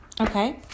Okay